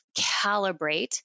calibrate